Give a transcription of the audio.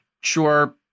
sure